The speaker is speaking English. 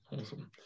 Awesome